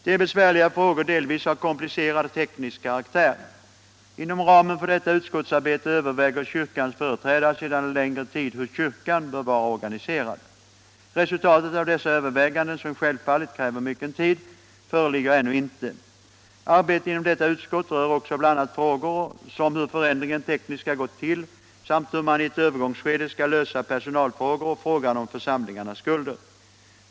Det är besvärliga frågor, delvis av komplicerad teknisk karaktär. Inom ramen för detta utskottsarbete överväger kyrkans företrädare sedan en längre tid hur kyrkan bör vara organiserad. Resultatet av dessa överväganden, som självfallet kräver mycken tid, föreligger ännu inte. Arbetet inom detta utskott rör också bl.a. frågor som hur förändringen tekniskt skall gå till samt hur man i ett övergångsskede skall lösa personalfrågor och frågan om församlingarnas skulder.